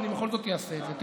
אבל אני בכל זאת אעשה את זה.